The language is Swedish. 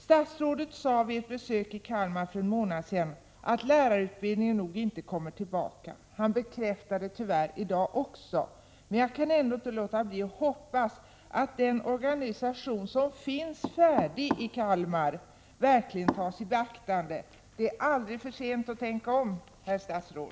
Statsrådet sade vid ett besök i Kalmar för en månad sedan att lärarutbild ” ningen nog inte kommer tillbaka. Han bekräftar det tyvärr också i dag. Jag kan ändå inte låta bli att hoppas att den organisation som finns färdig i Kalmar verkligen tas i beaktande vid planeringen av lärarutbildningen. Det är aldrig för sent att tänka om, herr statsråd!